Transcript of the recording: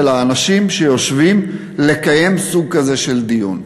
האנשים שיושבים לקיים סוג כזה של דיון.